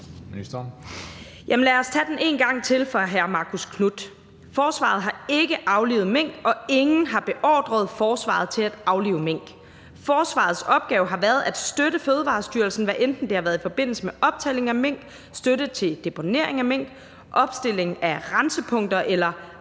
Lad os tage den en gang til for hr. Marcus Knuth. Forsvaret har ikke aflivet mink, og ingen har beordret forsvaret til at aflive mink. Forsvarets opgave har været at støtte Fødevarestyrelsen, hvad enten det har været i forbindelse med optælling af mink, støtte til deponering af mink, opstilling af rensepunkter eller